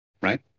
right